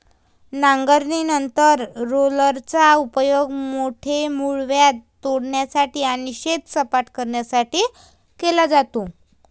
नांगरणीनंतर रोलरचा उपयोग मोठे मूळव्याध तोडण्यासाठी आणि शेत सपाट करण्यासाठी केला जातो